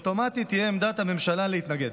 אוטומטית תהיה עמדת הממשלה להתנגד.